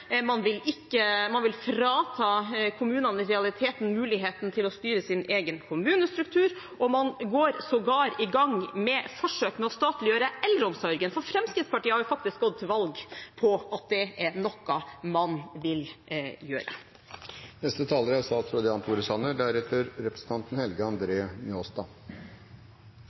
man vil i realiteten frata kommunene muligheten til å styre sin egen kommunestruktur, og man går sågar i gang med forsøk med å statliggjøre eldreomsorgen. Fremskrittspartiet har faktisk gått til valg på at det er noe man vil gjøre.